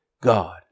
God